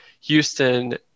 Houston